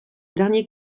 dernier